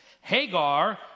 Hagar